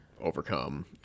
overcome